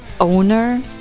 owner